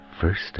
first